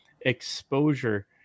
exposure